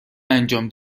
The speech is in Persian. انجام